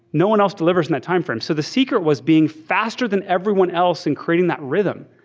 no one else delivers in that time frame. so the secret was being faster than everyone else in creating that rhythm.